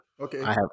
Okay